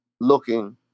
looking